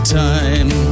time